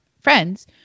friends